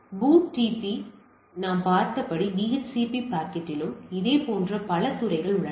எனவே BOOTP இல் நாம் பார்த்தபடி DHCP பாக்கெட்டிலும் இதே போன்ற பல துறைகள் உள்ளன